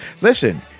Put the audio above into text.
Listen